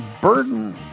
burden